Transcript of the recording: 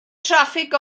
traffig